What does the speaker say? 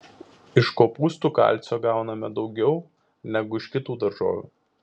iš kopūstų kalcio gauname daugiau negu iš kitų daržovių